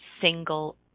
single